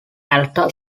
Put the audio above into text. altar